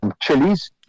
chilies